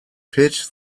pitch